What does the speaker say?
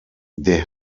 der